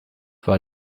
war